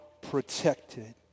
protected